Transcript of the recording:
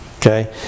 Okay